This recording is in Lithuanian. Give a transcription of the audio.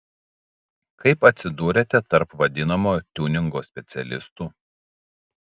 kaip atsidūrėte tarp vadinamojo tiuningo specialistų